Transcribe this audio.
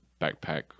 backpack